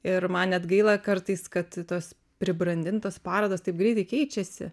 ir man net gaila kartais kad tos pribrandintos parodos taip greitai keičiasi